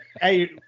hey